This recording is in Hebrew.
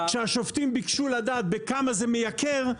כשהשופטים ביקשו לדעת בכמה זה מייקר,